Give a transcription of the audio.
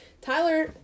Tyler